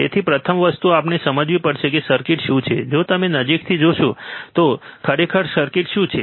તેથી પ્રથમ વસ્તુ આપણે સમજવી પડશે કે સર્કિટ શું છે જો તમે નજીકથી જોશો તો ખરેખર સર્કિટ શું છે